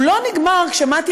הוא לא נגמר כשמתי,